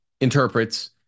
interprets